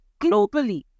globally